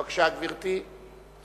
בבקשה, גברתי.